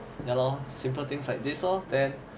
ya lor simple things like this lor then